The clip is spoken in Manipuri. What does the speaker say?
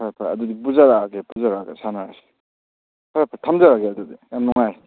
ꯐꯔꯦ ꯐꯔꯦ ꯑꯗꯨꯗꯤ ꯄꯨꯖꯔꯛꯑꯒꯦ ꯄꯨꯖꯔꯛꯑꯒ ꯁꯥꯟꯅꯔꯁꯤ ꯍꯣꯏ ꯐꯔꯦ ꯊꯝꯖꯔꯒꯦ ꯑꯗꯨꯗꯤ ꯌꯥꯝ ꯅꯨꯡꯉꯥꯏ